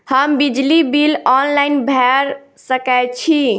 हम बिजली bill online भैर सकै छी?